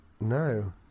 No